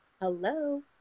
Hello